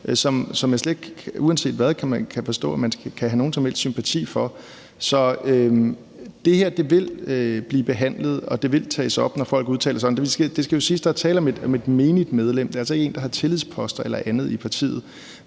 ikke uanset hvad kan forstå man kan have nogen som helst sympati for. Det her vil blive behandlet, og det vil blive taget op, når folk udtaler sig om det. Det skal jo siges, at der er tale om et menigt medlem. Det er altså ikke en, der har tillidsposter eller andet i partiet.